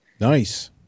Nice